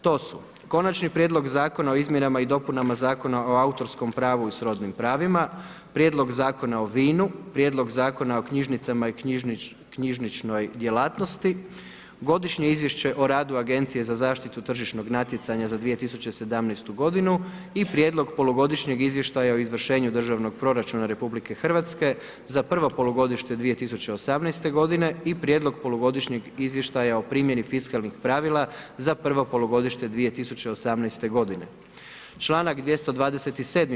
To su: Konačni prijedlog Zakona o izmjenama i dopunama Zakona o autorskom pravu i srodnim pravima, Prijedlog Zakona o vinu, Prijedlog Zakona o knjižnicama i knjižničnoj djelatnosti, Godišnje izvješće o radu Agencije za zaštitu tržišnog natjecanja za 2017. godinu i Prijedlog polugodišnjeg izvještaja o izvršenju državnog proračuna RH za prvo polugodišnje 2018. g. i prijedlog polugodišnjeg izvještaja o primjeru fiskalnih pravila za prvo polugodište 2018. g. Članak 227.